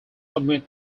submit